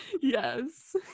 yes